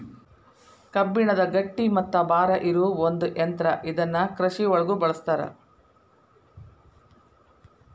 ಕಬ್ಬಣದ ಗಟ್ಟಿ ಮತ್ತ ಭಾರ ಇರು ಒಂದ ಯಂತ್ರಾ ಇದನ್ನ ಕೃಷಿ ಒಳಗು ಬಳಸ್ತಾರ